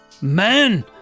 Man